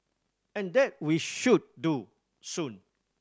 and that we should do soon